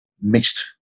mixed